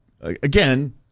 again